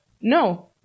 No